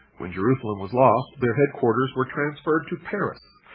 when jerusalem was lost, their headquarters were transferred to paris.